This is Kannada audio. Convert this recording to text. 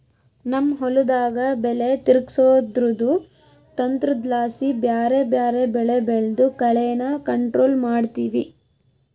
ನಮ್ ಹೊಲುದಾಗ ಬೆಲೆ ತಿರುಗ್ಸೋದ್ರುದು ತಂತ್ರುದ್ಲಾಸಿ ಬ್ಯಾರೆ ಬ್ಯಾರೆ ಬೆಳೆ ಬೆಳ್ದು ಕಳೇನ ಕಂಟ್ರೋಲ್ ಮಾಡ್ತಿವಿ